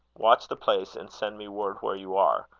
watch the place, and send me word where you are.